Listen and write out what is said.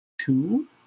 two